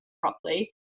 properly